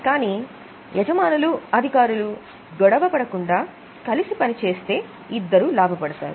కానీ యజమానులు అధికారులు గొడవ పడకుండా కలిసి పని చేస్తే ఇద్దరు లాభపడతారు